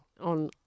on